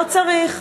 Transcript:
לא צריך.